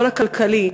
העול הכלכלי.